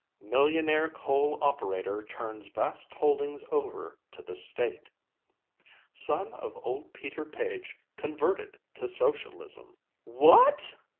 millionaire coal operator turns vast holdings over to the state son of old peter page converted to socialism what!